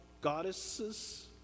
goddesses